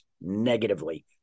negatively